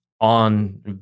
on